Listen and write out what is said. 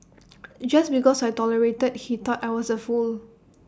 just because I tolerated he thought I was A fool